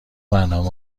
برنامه